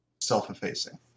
self-effacing